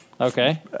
Okay